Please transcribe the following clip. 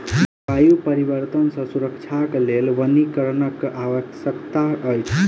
जलवायु परिवर्तन सॅ सुरक्षाक लेल वनीकरणक आवश्यकता अछि